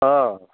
অ'